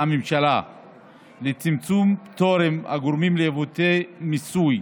הממשלה לצמצום פטורים הגורמים לעיוותי מיסוי.